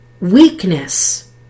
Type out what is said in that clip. Weakness